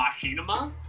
machinima